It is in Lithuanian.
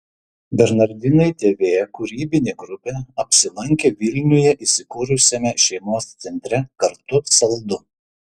bernardinai tv kūrybinė grupė apsilankė vilniuje įsikūrusiame šeimos centre kartu saldu